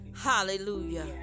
hallelujah